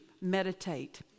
meditate